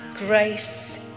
Grace